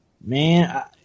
Man